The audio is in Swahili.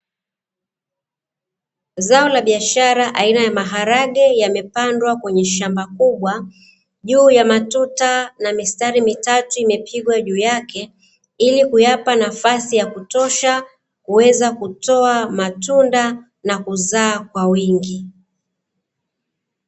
Zao la biashara aina ya maharage, yamepandwa kwenye shamba kubwa juu ya matuta na mistari mitatu imepigwa juu yake ili kuyapa nafasi ya kutosha kuweza kutoa matunda na kuzaa kwa wingi.